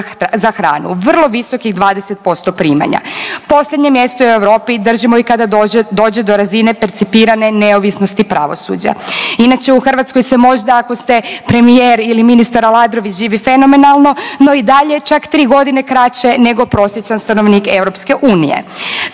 za hranu, vrlo visokih 20% primanja. Posljednje mjesto u Europi držimo i kada dođe do razine percipirane neovisnosti pravosuđa. Inače u Hrvatskoj se možda ako ste premijer ili ministar Aladrović živi fenomenalno, no i dalje čak tri godine kraće nego prosječan stanovnik EU.